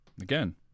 again